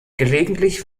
gelegentlich